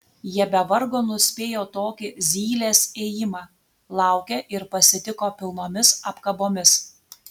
jie be vargo nuspėjo tokį zylės ėjimą laukė ir pasitiko pilnomis apkabomis